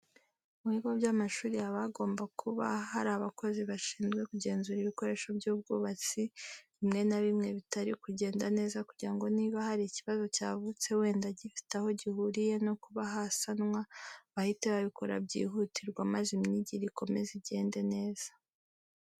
Mu bigo by'amashuri haba hagomba kuba hari abakozi bashinzwe kugenzura ibikorwa by'ubwubatsi bimwe na bimwe bitari kugenda neza, kugira ngo niba hari ikibazo cyavutse wenda gifite aho gihuriye no kuba hasanwa bahite babikora byihutirwa maze imyigire ikomeze igende neza.